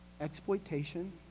exploitation